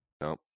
no